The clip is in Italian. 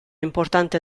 importante